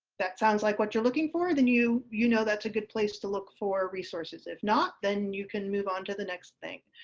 that sounds like what you are looking for, then you you know that's a good place to look for resources. if not, then you can move on to the next thing.